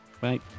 Bye